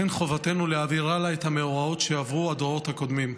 חובתנו להעביר הלאה את המאורעות שעברו הדורות הקודמים.